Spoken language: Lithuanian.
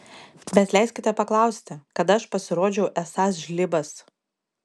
bet leiskite paklausti kada aš pasirodžiau esąs žlibas